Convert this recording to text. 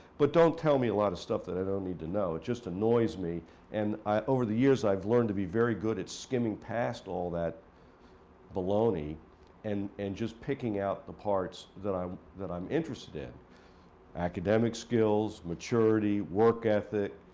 but don't tell me a lot of stuff that i don't need to know. it just annoys me and, over the years, i've learned to be very good at skimming past all that bologna and and just picking out the parts that i'm that i'm interested in academic skills, maturity, work ethic,